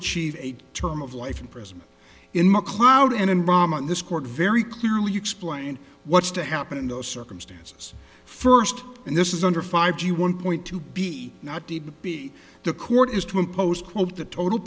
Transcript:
achieve a term of life in prison in mcleod and in bomb of this court very clearly explain what's to happen in those circumstances first and this is under five g one point to be not to be the court is to impose quote the total